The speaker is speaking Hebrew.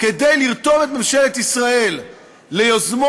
כדי לרתום את ממשלת ישראל ליוזמות,